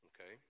Okay